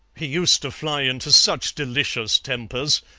he used to fly into such delicious tempers.